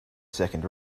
second